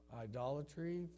idolatry